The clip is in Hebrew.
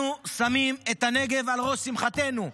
אנחנו שמים את הנגב על ראש שמחתנו.